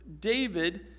David